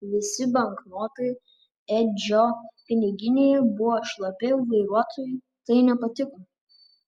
visi banknotai edžio piniginėje buvo šlapi vairuotojui tai nepatiko